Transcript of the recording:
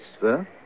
Sir